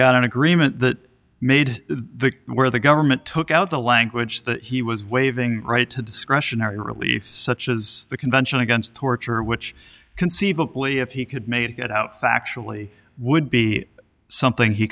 got an agreement that made the where the government took out the language that he was waiving right to discretionary relief such as the convention against torture which conceivably if he could may get out factually would be something he